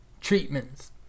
treatments